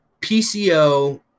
pco